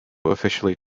officially